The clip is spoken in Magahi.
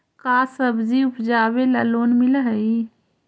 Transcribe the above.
का सब्जी उपजाबेला लोन मिलै हई?